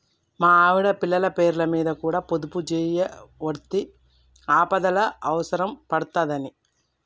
మా ఆవిడ, పిల్లల పేర్లమీద కూడ పొదుపుజేయవడ్తి, ఆపదల అవుసరం పడ్తదని